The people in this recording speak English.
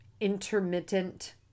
intermittent